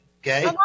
Okay